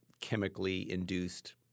chemically-induced